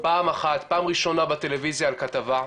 פעם ראשונה בטלוויזיה בכתבה,